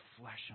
flesh